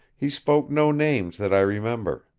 he spoke no names that i remember.